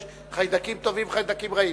אבל יש חיידקים טובים וחיידקים רעים.